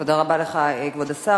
תודה רבה לך, כבוד השר.